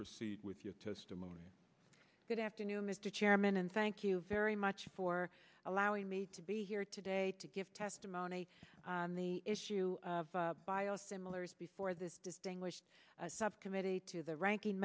proceed with your testimony good afternoon mr chairman and thank you very much for allowing me to be here today to give testimony on the issue of biosimilars before this distinguished subcommittee to the ranking